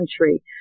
country